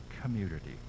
community